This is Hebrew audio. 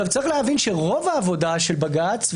צריך להבין שרוב העבודה של בג"ץ,